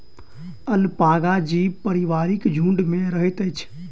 alpaca जीव पारिवारिक झुण्ड में रहैत अछि